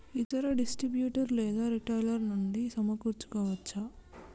ఇతర డిస్ట్రిబ్యూటర్ లేదా రిటైలర్ నుండి సమకూర్చుకోవచ్చా?